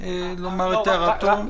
לומר את הערתו.